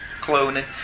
cloning